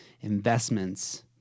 investments